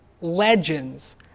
legends